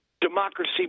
democracy